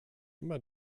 immer